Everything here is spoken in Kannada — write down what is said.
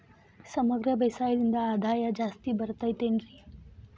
ಸಮಗ್ರ ಬೇಸಾಯದಿಂದ ಆದಾಯ ಜಾಸ್ತಿ ಬರತೈತೇನ್ರಿ?